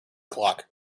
clock